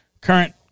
current